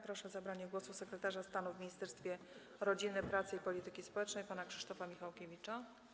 Proszę o zabranie głosu sekretarza stanu w Ministerstwie Rodziny, Pracy i Polityki Społecznej pana Krzysztofa Michałkiewicza.